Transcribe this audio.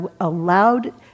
allowed